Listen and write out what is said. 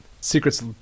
secrets